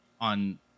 on